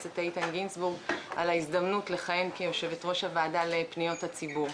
על ההזדמנות לכהן כיושב-ראש הוועדה לפניות הציבור.